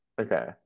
Okay